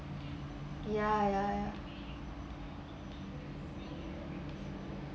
ya ya ya